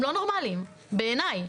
בעיניי.